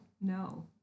No